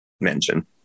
mention